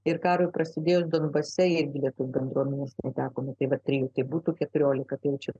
ir karui prasidėjus donbase irgi lietuvių bendruomenės tai būtų keturiolika